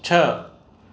छह